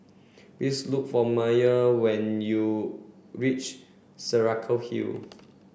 please look for Meyer when you reach Saraca Hill